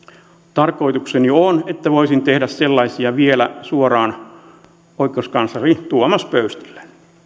tarkoitukseni on että voisin tehdä sellaisia vielä suoraan oikeuskansleri tuomas pöystille